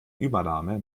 übernahme